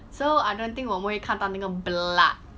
so I don't think 我们会看到那个 blood